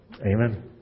Amen